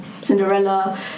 Cinderella